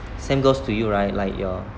same goes to you right like your